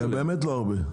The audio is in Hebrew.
זה באמת לא הרבה.